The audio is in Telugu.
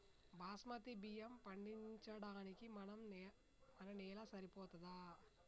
బాస్మతి బియ్యం పండించడానికి మన నేల సరిపోతదా?